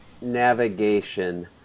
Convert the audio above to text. navigation